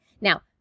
now